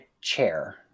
chair